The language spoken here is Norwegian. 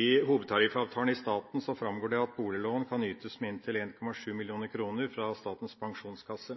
I hovedtariffavtalen i staten framgår det at boliglån kan ytes med inntil 1,7 mill. kr fra Statens pensjonskasse.